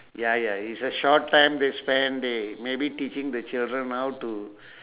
ya ya it's a short time they spend they maybe teaching the children how to